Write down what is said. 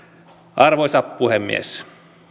arvoisa puhemies